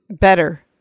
better